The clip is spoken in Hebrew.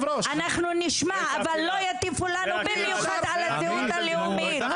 אנחנו נשמע אבל לא יטיפו לנו במיוחד על הזהות הלאומית.